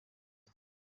mike